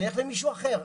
אלך למישהו אחר.